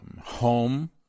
Home